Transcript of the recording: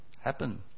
happen